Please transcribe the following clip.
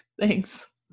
thanks